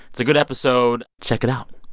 it's a good episode. check it out.